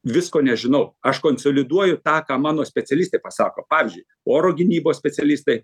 visko nežinau aš konsoliduoju ta ką mano specialistai pasako pavyzdžiui oro gynybos specialistai